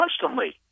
constantly